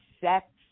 sex